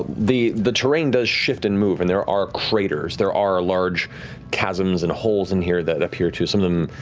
the the terrain does shift and move and there are craters, there are a large chasms and holes in here that appear to, some of them,